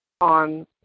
on